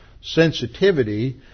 sensitivity